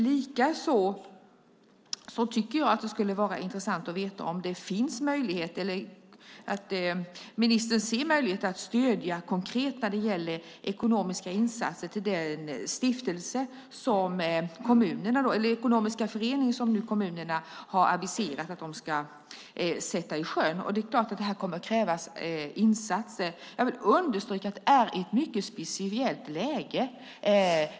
Likaså skulle det vara intressant att få veta om ministern ser en möjlighet att konkret stödja ekonomiska insatser till den ekonomiska förening som kommunerna har aviserat att de ska sätta i sjön. Här kommer att krävas insatser. Jag vill understryka att det nu är ett mycket speciellt läge.